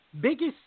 biggest